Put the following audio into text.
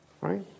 Right